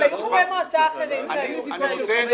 אבל היו כאן חברי מועצה אחרים והם לחצו,